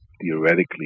theoretically